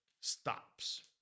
stops